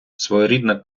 своєрідна